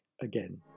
again